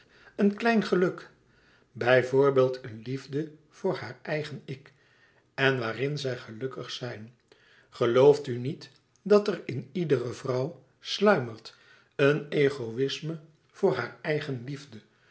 een klein geluk bij voorbeeld een liefde voor haar eigen ik en waarin zij gelukkig zijn gelooft u niet dat er in iedere vrouw sluimert een egoïsme voor haar eigen liefde